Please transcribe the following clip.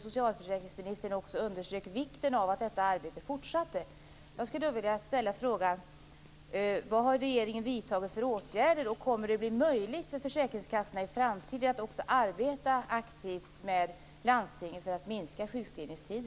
Socialförsäkringsministern underströk också vikten av att detta arbete fortsatte.